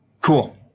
cool